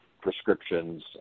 prescriptions